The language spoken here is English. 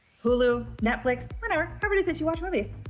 hulu, netflix whatever however it is that you watch movies.